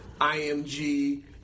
IMG